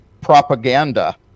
propaganda